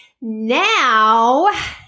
now